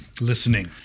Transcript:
Listening